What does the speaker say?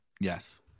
Yes